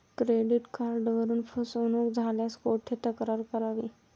Credit कार्डवरून फसवणूक झाल्यास कुठे तक्रार करावी?